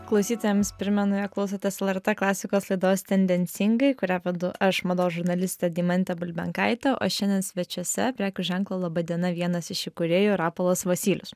klausytojams primenu jog klausotės lrt klasikos laidos tendencingai kurią vedu aš mados žurnalistė deimantė bulbenkaitė o šiandien svečiuose prekių ženklo laba diena vienas iš įkūrėjų rapolas vosylius